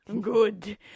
good